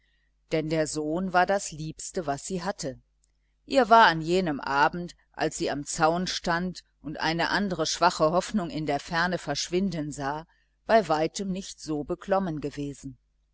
denn der sohn war das liebste was sie hatte ihr war an jenem abend als sie am zaun stand und eine andre schwache hoffnung ln der ferne verschwinden sah bei weitem nicht so beklommen gewesen